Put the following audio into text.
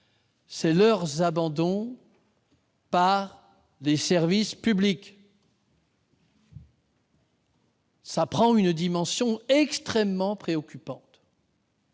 c'est leur abandon par les services publics qui prend une dimension extrêmement préoccupante.